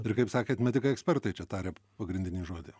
ir kaip sakėt medikai ekspertai čia taria pagrindinį žodį